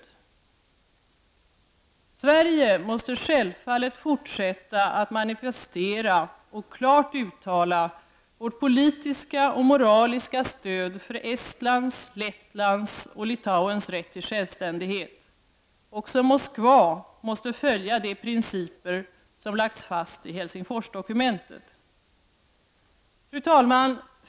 Vi i Sverige måste självfallet fortsätta att manifestera och klart uttala vårt politiska och moraliska stöd för Estlands, Lettlands och Litauens rätt till självständighet. Också Moskva måste följa de principer som lagts fast i Helsingforsdokumentet. Fru talman!